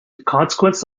consequence